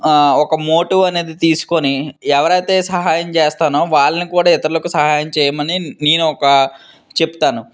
ఒక మోటో అనేది తీసుకోని ఎవరైతే సహాయం చేస్తానో వాళ్ళని కూడా ఇతరులకు సహాయం చేయమని నేనొక చెప్తాను